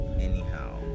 anyhow